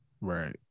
Right